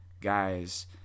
guys